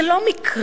זה לא מקרי,